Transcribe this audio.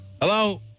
Hello